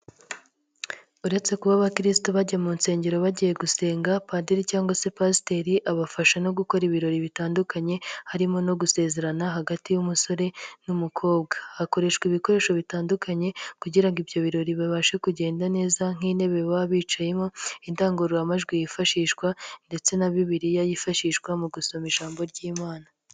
Uretse kuba abakirisitu bajya mu nsengero bagiye gusenga, padiri cyangwa se pasiteri abafasha no gukora ibirori bitandukanye harimo no gusezerana hagati y'umusore n'umukobwa, hakoreshwa ibikoresho bitandukanye kugira ngo ibyo birori bibashe kugenda neza, nk'intebe baba bicayemo, indangururamajwi yifashishwa ndetse na bibiliya yifashishwa mu gusoma ijambo ry'Imana.